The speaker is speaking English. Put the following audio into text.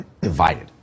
divided